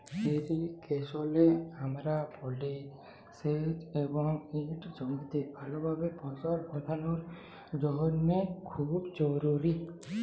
ইরিগেশলে আমরা বলি সেঁচ এবং ইট জমিতে ভালভাবে ফসল ফললের জ্যনহে খুব জরুরি